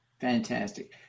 Fantastic